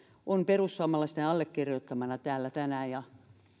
on perussuomalaisten allekirjoittamana täällä tänään ja